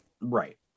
Right